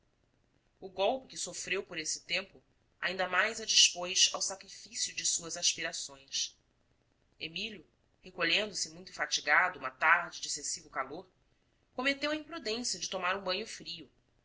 o golpe que sofreu por esse tempo ainda mais a dispôs ao sacrifício de suas aspirações emílio recolhendo-se muito fatigado uma tarde de excessivo calor cometeu a imprudência de tomar um banho frio